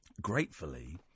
gratefully